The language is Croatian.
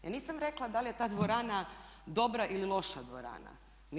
Ja nisam rekla da li je ta dvorana dobra ili loša dvorana.